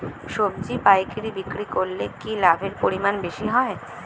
সবজি পাইকারি বিক্রি করলে কি লাভের পরিমাণ বেশি হয়?